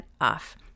off